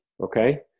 okay